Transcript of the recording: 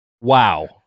Wow